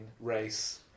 race